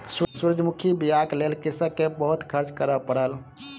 सूरजमुखी बीयाक लेल कृषक के बहुत खर्च करअ पड़ल